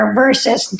versus